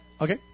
Okay